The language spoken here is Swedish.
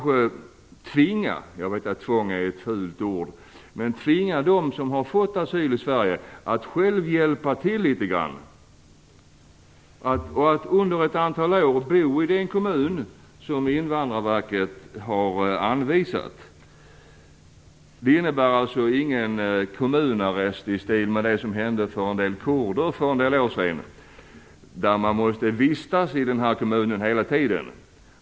I min motion har jag föreslagit att man kanske skulle tvinga dem som har fått asyl i Sverige att själva hjälpa till litet grand. Jag vet att tvång är ett fult ord, men de skulle under ett antal år bo i den kommun som Invandrarverket har anvisat. Det innebär ingen kommunarrest i stil med det som hände en del kurder för några år sedan när de måste vistas i den här kommunen hela tiden.